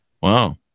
Wow